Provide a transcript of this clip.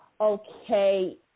okay